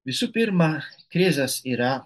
visų pirma krizas yra